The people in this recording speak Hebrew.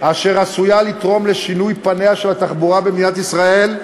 אשר עשויה לתרום לשינוי פניה של התחבורה במדינת ישראל,